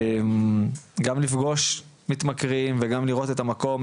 גם לפגוש מתמכרים וגם לראות את המקום,